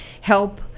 help